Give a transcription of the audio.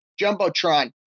jumbotron